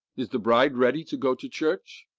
is the bride ready to go to church?